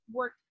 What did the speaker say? work